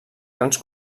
grans